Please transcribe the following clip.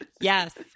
Yes